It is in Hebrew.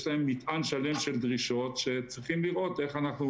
יש להם מטען שלם של דרישות שצריכים לראות איך אנחנו